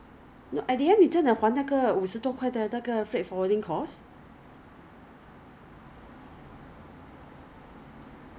fifteen days or thirty days depends then you pay that amount say for example you pay for seven days right like 这个价钱 so the shipping is flat